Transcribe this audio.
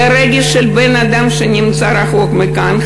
לרגש של בן-אדם שנמצא רחוק מכאן,